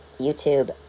YouTube